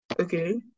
Okay